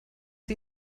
sie